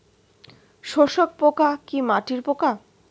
শোষক পোকা কি মাটির পোকা?